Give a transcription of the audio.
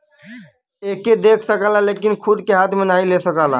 एके देख सकला लेकिन खूद के हाथ मे नाही ले सकला